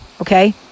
Okay